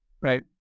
right